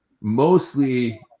mostly